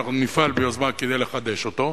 ואנחנו נפעל ביוזמה כדי לחדש אותו,